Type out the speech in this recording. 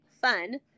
fun